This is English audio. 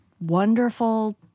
wonderful